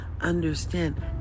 understand